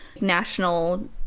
national